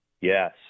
Yes